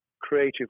creative